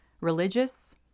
religious